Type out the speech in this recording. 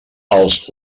els